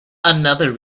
another